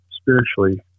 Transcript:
spiritually